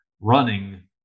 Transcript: running